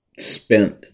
spent